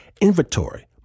inventory